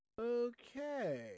Okay